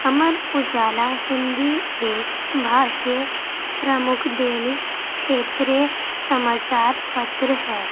امر اجالا ہندی ایک بھارتیہ پرمکھ دینک چھیتریہ سماچار پتر ہے